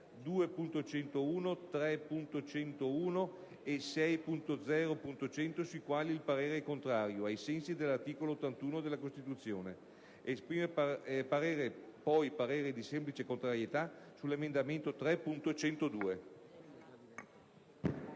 2.101, 3.101 e 6.0.100, sui quali il parere è contrario, ai sensi dell'articolo 81 della Costituzione. Esprime poi parere di semplice contrarietà sull'emendamento 3.102».